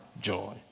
joy